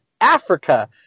Africa